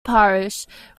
parish